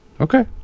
okay